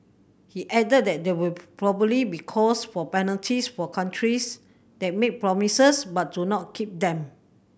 he added that there will probably be calls for penalties for countries that make promises but do not keep them